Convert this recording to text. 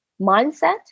mindset